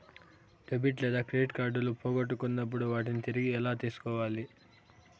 debit లేదా credit కార్డులు పోగొట్టుకున్నప్పుడు వాటిని తిరిగి ఎలా తీసుకోవాలి